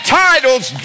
titles